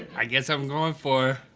i guess i'm going for